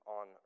on